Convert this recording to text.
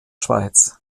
schweiz